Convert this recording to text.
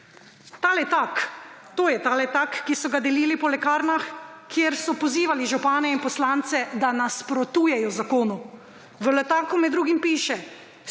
Sloveniji. To je ta letak, ki so ga delili po lekarnah, kjer so pozivali župane in poslance, da nasprotujejo zakonu. V letaku med drugim piše,